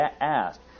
asked